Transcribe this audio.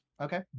Okay